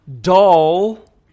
dull